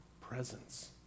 presence